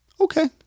okay